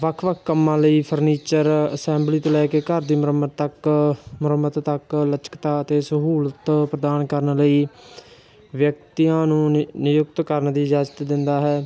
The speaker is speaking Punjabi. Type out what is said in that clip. ਵੱਖ ਵੱਖ ਕੰਮਾਂ ਲਈ ਫਰਨੀਚਰ ਅਸੈਂਬਲੀ ਤੋਂ ਲੈ ਕੇ ਘਰ ਦੀ ਮੁਰੰਮਤ ਤੱਕ ਮੁਰੰਮਤ ਤੱਕ ਲਚਕਤਾ ਅਤੇ ਸਹੂਲਤ ਪ੍ਰਦਾਨ ਕਰਨ ਲਈ ਵਿਅਕਤੀਆਂ ਨੂੰ ਨਿ ਨਿਯੁਕਤ ਕਰਨ ਦੀ ਇਜਾਜ਼ਤ ਦਿੰਦਾ ਹੈ